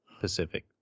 Pacific